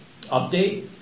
update